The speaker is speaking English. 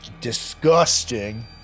disgusting